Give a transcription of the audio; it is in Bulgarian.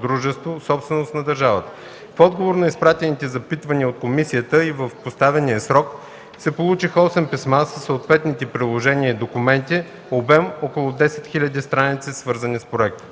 дружество, собственост на държавата. В отговор на изпратените запитвания от комисията и в поставения срок се получиха осем писма със съответните приложения и документи с общ обем около 10 000 страници, свързани с проекта.